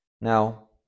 Now